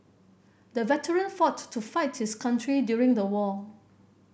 the veteran fought to fight his country during the war